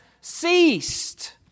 ceased